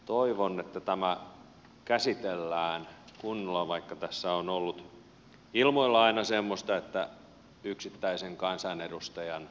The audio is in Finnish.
toivon että tämä käsitellään kunnolla vaikka tässä on ollut ilmoilla aina semmoista että yksittäisen kansanedustajan lakialoitteita ei käsitellä